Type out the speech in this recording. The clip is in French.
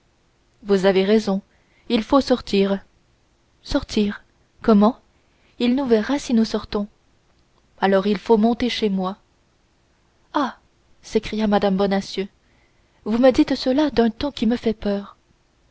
vous avez raison il faut sortir sortir comment on nous verra si nous sortons alors il faut monter chez moi ah s'écria mme bonacieux vous me dites cela d'un ton qui me fait peur